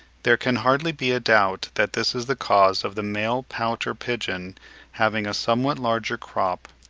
there can hardly be a doubt that this is the cause of the male pouter pigeon having a somewhat larger crop,